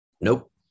Nope